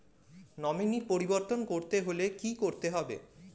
Nominee পরিবর্তন করতে হলে কী করতে হবে?